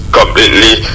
completely